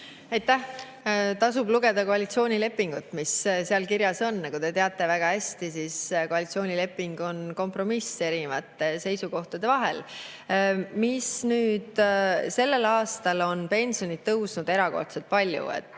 Aitäh! Tasub lugeda koalitsioonilepingut, seda, mis seal kirjas on. Nagu te väga hästi teate, koalitsioonileping on kompromiss erinevate seisukohtade vahel. Sellel aastal on pensionid tõusnud erakordselt palju.